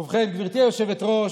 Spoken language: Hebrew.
ובכן, גברתי היושבת-ראש,